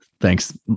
thanks